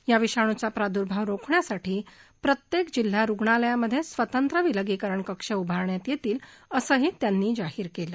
या विषाणूचा प्रादुर्भाव रोखण्यासाठी प्रत्येक जिल्हा रूग्णालयामधे स्वतंत्र विलगीकरण कक्ष उभारण्यात येतील असंही त्यांनी जाहीर केलं